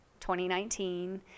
2019